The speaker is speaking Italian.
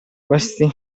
questi